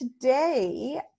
today